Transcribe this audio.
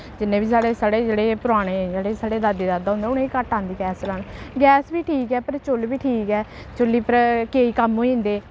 जिन्ने बी साढ़े साढ़े जेह्ड़े पराने जेह्ड़े साढ़े दादी दादा होंदे उ'नें गी घट्ट औंदी गैस चलाना गैस बी ठीक ऐ पर चु'ल्ल बी ठीक ऐ चु'ल्ली पर केईं कम्म होई जंदे